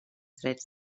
trets